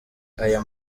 aya